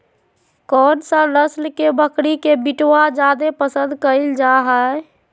कौन सा नस्ल के बकरी के मीटबा जादे पसंद कइल जा हइ?